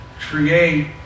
Create